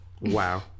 Wow